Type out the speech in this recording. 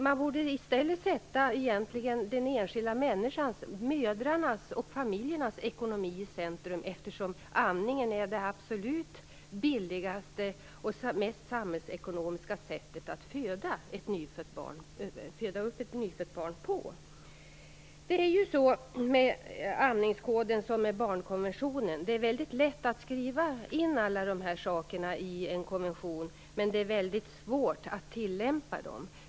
Man borde i stället egentligen sätta den enskilda människans, mödrarnas och familjernas ekonomi i centrum, eftersom amningen är det absolut billigaste och mest samhällsekonomiska sättet att föda upp ett nyfött barn på. Det är så med amningskoden som med barnkonventionen, att det är väldigt lätt att skriva in alla de här sakerna i en konvention, men det är väldigt svårt att tillämpa dem.